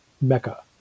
mecca